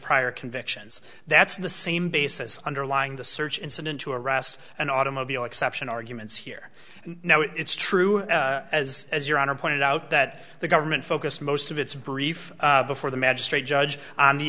prior convictions that's the same basis underlying the search incident to arrest an automobile exception arguments here and now it's true as as your honor pointed out that the government focused most of its brief before the magistrate judge on the